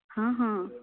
ହଁ ହଁ